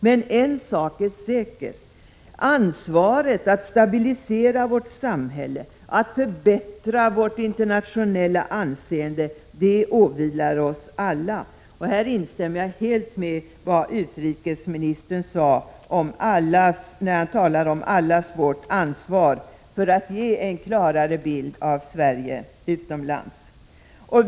Men en sak är säker: ansvaret för att stabilisera vårt samhälle, att förbättra vårt internationella anseende — det åvilar oss alla! Här instämmer jag helt med vad utrikesministern sade när han talade om allas vårt ansvar för att ge en klarare bild utomlands av Sverige.